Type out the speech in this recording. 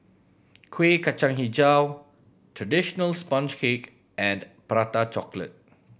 Kuih Kacang Hijau traditional sponge cake and Prata Chocolate